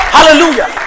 Hallelujah